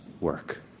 work